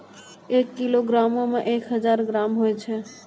एक किलोग्रामो मे एक हजार ग्राम होय छै